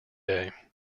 day